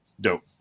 dope